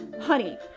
honey